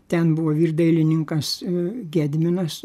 ten buvo ir dailininkas a gedminas